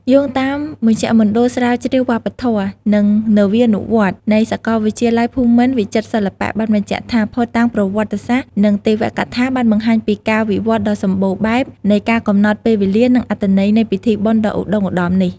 យោងតាមមជ្ឈមណ្ឌលស្រាវជ្រាវវប្បធម៌ និងនវានុវត្តន៍នៃសាកលវិទ្យាល័យភូមិន្ទវិចិត្រសិល្បៈ បានបញ្ជាក់ថា ភស្តុតាងប្រវត្តិសាស្ត្រ និងទេវកថាបានបង្ហាញពីការវិវត្តន៍ដ៏សម្បូរបែបនៃការកំណត់ពេលវេលា និងអត្ថន័យនៃពិធីបុណ្យដ៏ឧត្តុង្គឧត្តមនេះ។